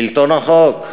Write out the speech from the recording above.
שלטון החוק,